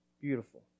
Beautiful